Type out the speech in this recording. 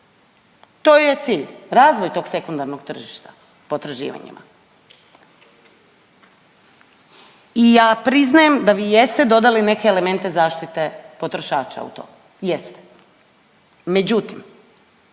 joj je cilj razvoj tog sekundarnog tržišta potraživanjima. I ja priznajem da vi jeste dodali neke elemente zaštite potrošača u to, jeste. Međutim,